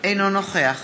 אינו נוכח